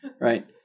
Right